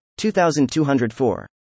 2204